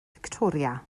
fictoria